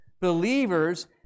believers